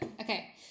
Okay